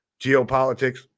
Geopolitics